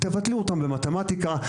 תבטלו אותן במתמטיקה,